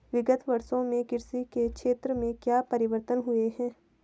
विगत वर्षों में कृषि के क्षेत्र में क्या परिवर्तन हुए हैं?